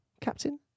Captain